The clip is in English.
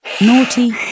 Naughty